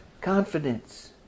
confidence